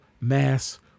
Mass